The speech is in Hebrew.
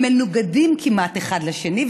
מנוגדים כמעט אחד לשני,